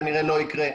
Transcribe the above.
כנראה לא יקרה.